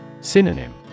Synonym